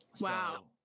Wow